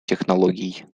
технологий